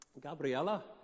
Gabriella